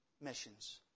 missions